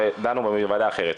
שדנו בוועדה אחרת.